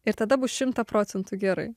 ir tada bus šimtą procentų gerai